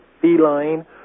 feline